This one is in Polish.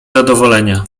zadowolenia